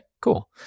cool